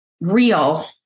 real